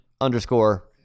underscore